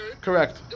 Correct